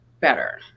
better